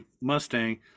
Mustang